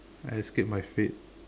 I escape my fate